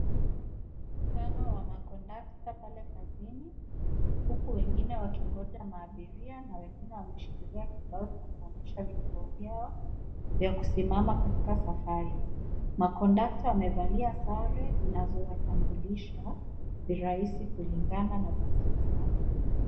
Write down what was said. Mkutano wa makonductor pale kazini, huku wengine wakingoja mabiria na wengine wameshikilia vibao vya kuonesha vituo vyao vya kusimama katika safari. Makondakta wamevalia sare zinazowatambulisha virahisi kulingana na basi zao.